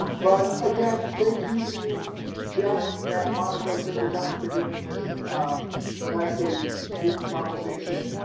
um but again thank you to jack, matt monaco, tim grittani for doing this nightly zoom conversation.